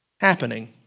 happening